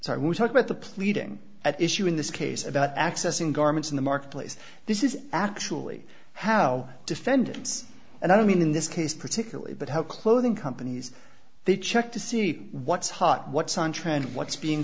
would talk about the pleading at issue in this case about accessing garments in the marketplace this is actually how defendants and i don't mean in this case particularly but how clothing companies they check to see what's hot what's on trend what's being